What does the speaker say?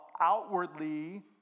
outwardly